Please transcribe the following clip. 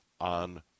on